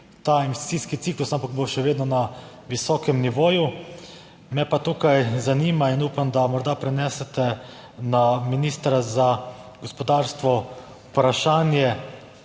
Ta investicijski ciklus, ampak bo še vedno na visokem nivoju. Me pa tukaj zanima in upam, da morda prenesete na ministra za gospodarstvo vprašanje,